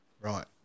Right